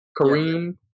Kareem